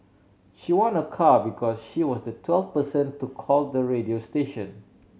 she won a car because she was the twelfth person to call the radio station